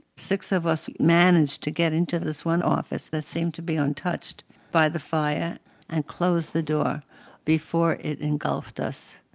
six of us managed to get into this one office that seemed to be untouched by the fire and closed the door before it engulfed us.